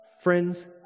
Friends